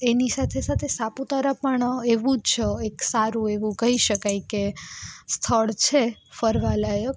એની સાથે સાથે સાપુતારા પણ એવું જ એક સારું એવું કહી શકાય કે સ્થળ છે ફરવા લાયક